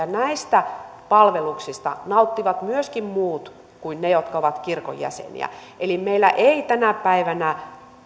näistä palveluksista nauttivat myöskin muut kuin ne jotka ovat kirkon jäseniä meillä ei tänä päivänä